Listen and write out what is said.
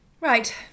Right